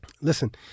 listen